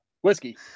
whiskey